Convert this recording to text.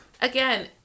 Again